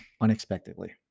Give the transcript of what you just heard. unexpectedly